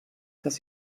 dass